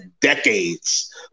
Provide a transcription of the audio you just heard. decades